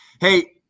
Hey